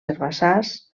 herbassars